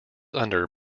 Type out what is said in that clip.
under